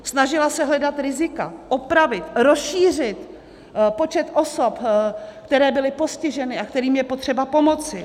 Snažila se hledat rizika, opravit, rozšířit počet osob, které byly postiženy a kterým je potřeba pomoci.